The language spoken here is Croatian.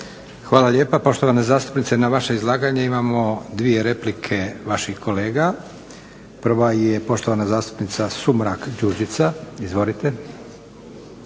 Hvala lijepa. Poštovana zastupnice, na vaše izlaganje imamo dvije replike vaših kolega. Prva je poštovana zastupnica Sumrak Đurđica. Izvolite.